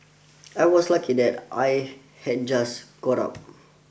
I was lucky that I had just got up